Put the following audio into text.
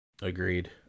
Agreed